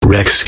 Rex